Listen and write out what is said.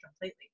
completely